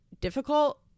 difficult